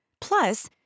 Plus